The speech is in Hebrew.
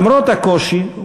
למרות הקושי,